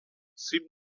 seemed